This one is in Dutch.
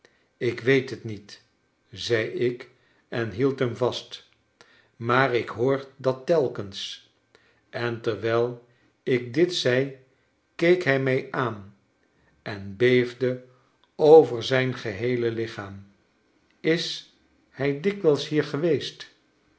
ik weet het niet zei ik en hield hem vast maar ik hoor dat telkens en terwijl ik dit zei keek hij mij aan en beefde over zijn geheele lichaam is hij dikwijls hier geweest